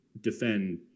defend